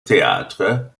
théâtre